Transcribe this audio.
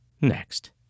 next